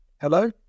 Hello